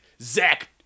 Zach